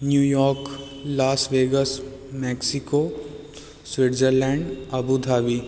New York Las Vegas Mexico Switzerland Abu Dhabi